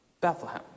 Bethlehem